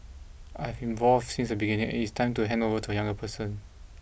I have involved since the beginning and it is time to hand over to a younger person